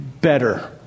better